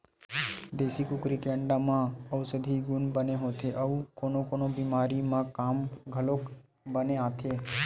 देसी कुकरी के अंडा म अउसधी गुन बने होथे अउ कोनो कोनो बेमारी म काम घलोक बने आथे